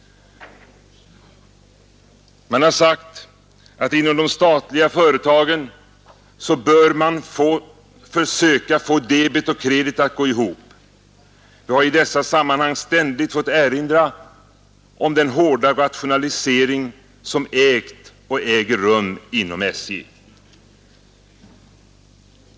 Man har sagt att inom de statliga företagen bör man försöka få debet och kredit att gå ihop. Jag har i dessa sammanhang ständigt fått erinra om den hårda rationalisering som ägt och äger rum inom SJ.